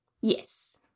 Yes